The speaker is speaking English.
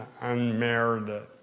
unmerited